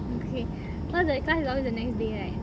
okay so the class is always the next day right